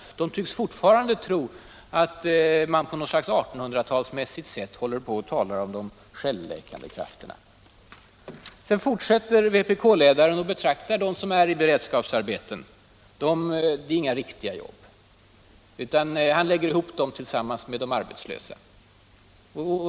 De tycks fortfarande tro att man på något slags 1800-talsmässigt sätt håller på att tala om de självläkande krafterna. Sedan fortsätter vpk-ledaren att betrakta dem som är sysselsatta i beredskapsarbeten såsom arbetslösa. De har inga riktiga jobb, tycker herr Werner, utan han lägger ihop dem med de arbetslösa.